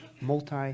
multi-